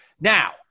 Now